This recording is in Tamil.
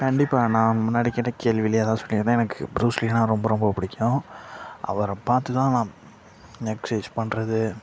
கண்டிப்பாக நான் முன்னாடி கேட்ட கேள்வியிலேயே அதுதான் சொல்லியிருந்தேன் எனக்கு புரூஸ் லீனா ரொம்ப ரொம்ப பிடிக்கும் அவரை பார்த்து தான் நான் எக்ஸ்சைஸ் பண்றது